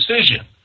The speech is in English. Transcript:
decision